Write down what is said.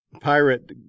pirate